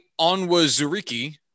Onwazuriki